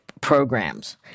programs